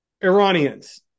Iranians